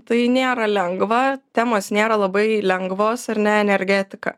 tai nėra lengva temos nėra labai lengvos ar ne energetika